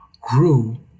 grew